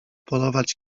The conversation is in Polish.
polować